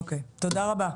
אוקיי, תודה רבה.